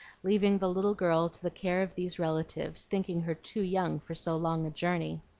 leaving the little girl to the care of these relatives, thinking her too young for so long a journey.